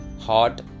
hot